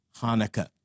Hanukkah